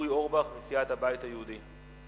אורי אורבך מסיעת הבית היהודי.